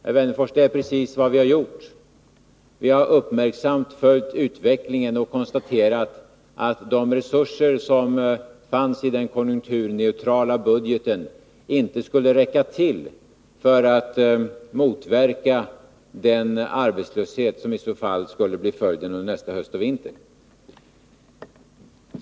Det är precis vad vi har gjort, Alf Wennerfors. Vi har uppmärksamt följt utvecklingen och konstaterat att de resurser som fanns i den konjunkturneutrala budgeten inte skulle räcka till för att motverka den arbetslöshet som i så fall skulle bli följden nästa höst och vinter.